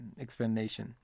explanation